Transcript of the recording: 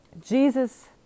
Jesus